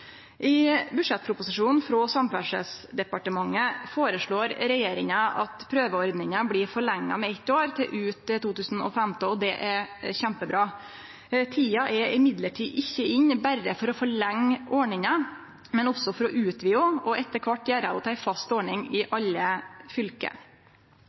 I budsjettproposisjonen frå Samferdselsdepartementet foreslår regjeringa at prøveordninga blir forlenga med eitt år, til ut 2015, og det er kjempebra. Tida er elles ikkje inne berre for å forlengje ordninga, men også for å utvide ho og etter kvart gjere ho til ei fast ordning i